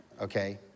okay